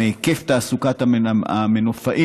בהיקף תעסוקת המנופאים,